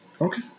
Okay